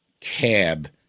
cab